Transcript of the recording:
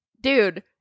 Dude